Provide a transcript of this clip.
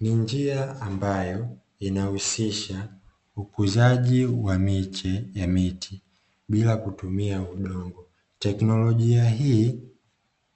ni njia ambayo inahusisha ukuzaji wa miche ya miti bila kutumia udongo. Teknolojia hii